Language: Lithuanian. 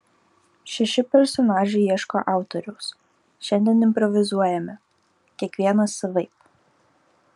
šeši personažai ieško autoriaus šiandien improvizuojame kiekvienas savaip